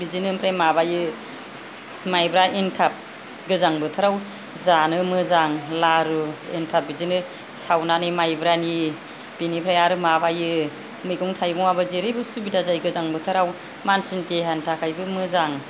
बिदिनो बे माबायो माइब्रा एन्थाब गोजां बोथोराव जानो मोजां लारु एन्थाब बिदिनो सावनानै माइब्रानि बिनिफ्राय आरो माबायो मैगं थाइगं आबो जेरैबो सुबिदा जायो गोजां बोथोराव मानसिनि देहानि थाखायबो मोजां